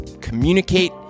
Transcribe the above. communicate